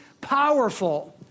powerful